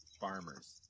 farmers